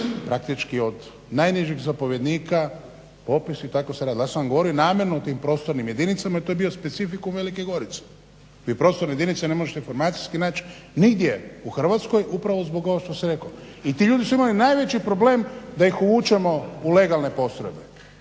praktički od najnižeg zapovjednika …i tako se to radilo. Ja sam govorio namjerno o tim prostornim jedinicama jer to je bio specifikum Velike Gorice. Vi prostorne jedinice ne možete naći nigdje u Hrvatskoj upravo zbog ovoga što sam rekao. I ti ljudi su imali najveći problem da ih uvučemo u legalne postrojbe